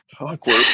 Awkward